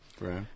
Right